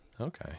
Okay